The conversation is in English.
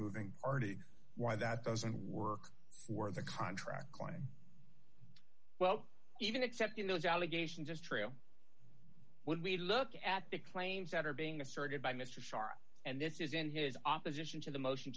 nonmoving party why that doesn't work for the contract cleaning well even accepting those allegations are true when we look at the claims that are being asserted by mr starr and this is in his opposition to the motion